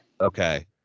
Okay